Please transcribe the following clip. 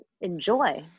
enjoy